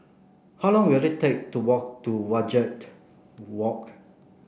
how long will it take to walk to Wajek Walk